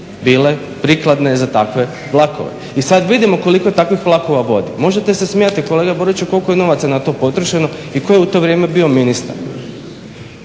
bile prikladne za takve vlakove. I sada vidimo koliko takvih vlakova vodi. Možete se smijati kolega Boriću koliko je novaca na to potrošeno i tko je u to vrijeme bio ministar.